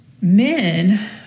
men